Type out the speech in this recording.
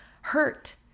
hurt